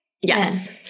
Yes